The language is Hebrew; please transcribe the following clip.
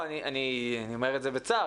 אני אומר את זה בצער.